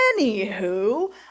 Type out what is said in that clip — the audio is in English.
anywho